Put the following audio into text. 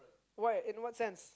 what in what sense